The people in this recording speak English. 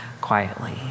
quietly